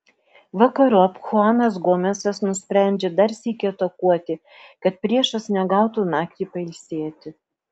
vakarop chuanas gomesas nusprendžia dar sykį atakuoti kad priešas negautų naktį pailsėti